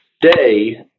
day